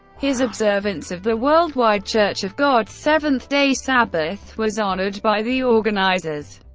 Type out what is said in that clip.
his observance of the worldwide church of god's seventh-day sabbath was honored by the organizers,